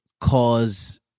cause